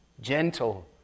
gentle